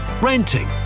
renting